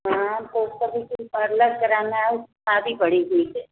हाँ तो उसका ब्यूटी पार्लर कराना है उसकी शादी पड़ी हुई है